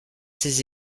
ses